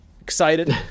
excited